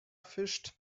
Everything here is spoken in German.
fischt